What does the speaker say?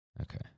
Okay